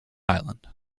island